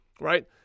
right